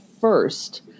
first